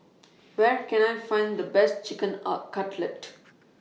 Where Can I Find The Best Chicken out Cutlet